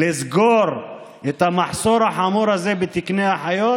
לסגור את המחסור החמור הזה בתקני אחיות,